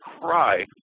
cry